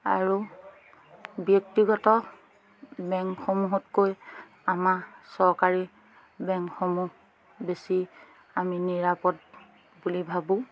আৰু ব্যক্তিগত বেংকসমূহতকৈ আমাৰ চৰকাৰী বেংকসমূহ বেছি আমি নিৰাপদ বুলি ভাবোঁ